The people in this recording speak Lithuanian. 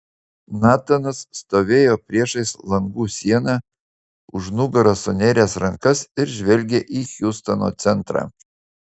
natanas stovėjo priešais langų sieną už nugaros sunėręs rankas ir žvelgė į hjustono centrą